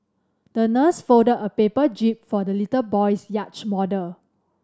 the nurse folded a paper jib for the little boy's yacht model